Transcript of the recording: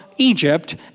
Egypt